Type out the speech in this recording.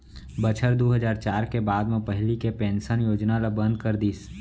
बछर दू हजार चार के बाद म पहिली के पेंसन योजना ल बंद कर दिस